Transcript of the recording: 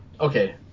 okay